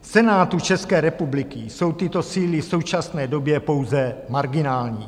V Senátu České republiky jsou tyto síly v současné době pouze marginální.